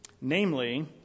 namely